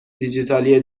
دیجیتالی